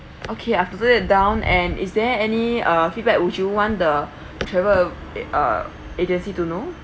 okay I've note it down and is there any uh feedback would you want the travel uh uh agency to know